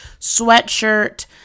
sweatshirt